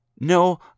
No